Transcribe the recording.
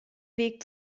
weg